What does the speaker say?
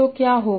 तो क्या होगा